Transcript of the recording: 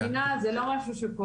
מבחינת תקינה, זה לא מה שקורה.